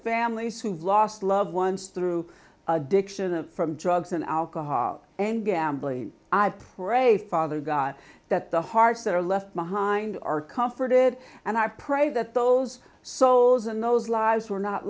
families who've lost loved ones through addiction and from drugs and alcohol and gambling i pray father god that the hearts that are left behind are comforted and i pray that those souls and those lives were not